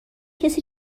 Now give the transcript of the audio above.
کسی